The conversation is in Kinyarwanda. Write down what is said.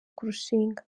kurushinga